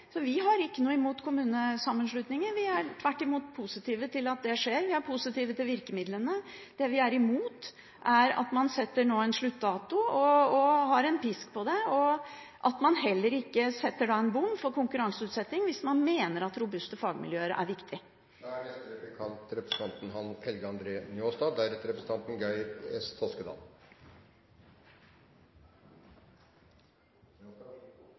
Vi har ikke noe imot kommunesammenslutninger. Vi er tvert imot positive til at det skjer. Vi er positive til virkemidlene. Det vi er imot, er at man nå setter en sluttdato, har en pisk, og at man heller ikke setter en bom for konkurranseutsetting, sjøl om man mener at robuste fagmiljøer er viktige. Eg må først seia at SV gjev inntrykk at når ein styrkjer vekstkommunetilskotet, tar ein frå alle andre.